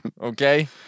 okay